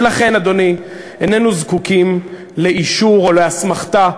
ולכן, אדוני, איננו זקוקים לאישור או לאסמכתה,